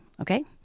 Okay